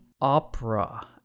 opera